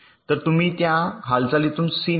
तर तुम्ही त्या हालचालीतून C निवडा